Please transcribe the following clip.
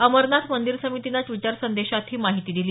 अमरनाथ मंदिर समितीनं ड्विटर संदेशात ही माहिती दिली